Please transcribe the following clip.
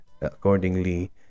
accordingly